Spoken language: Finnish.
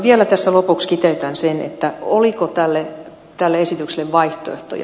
vielä tässä lopuksi kiteytän sen oliko tälle esitykselle vaihtoehtoja